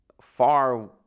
far